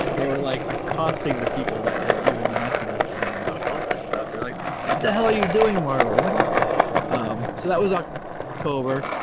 they were like accosting the people that had given the messages to them about how this stuff they're like what the hell are you doing marvel what he so that was like october